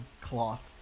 cloth